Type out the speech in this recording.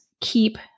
keep